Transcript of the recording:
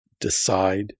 decide